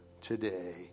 today